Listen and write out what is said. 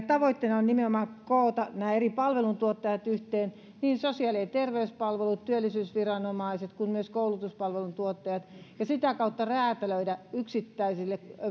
tavoitteena on nimenomaan koota eri palveluntuottajat yhteen niin sosiaali ja terveyspalvelut työllisyysviranomaiset kuin myös koulutuspalveluntuottajat ja sitä kautta räätälöidä yksittäiselle